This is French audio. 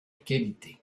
qualité